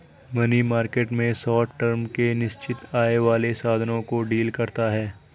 money market में short term के निश्चित आय वाले साधनों को डील करता है